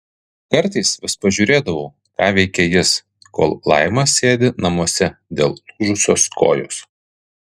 kartais vis pažiūrėdavau ką veikia jis kol laima sėdi namuose dėl lūžusios kojos